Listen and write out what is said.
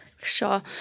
Sure